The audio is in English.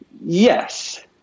Yes